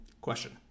Question